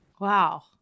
Wow